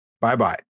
Bye-bye